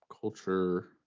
culture